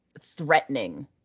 threatening